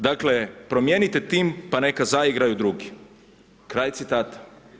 Dakle, promijenite tim, pa neka zaigraju drugi.“ Kraj citata.